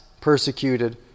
persecuted